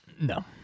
No